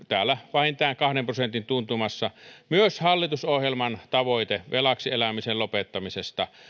vähintään kahden prosentin tuntumassa myös hallitusohjelman tavoite velaksi elämisen lopettamisesta